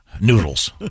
Noodles